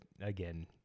again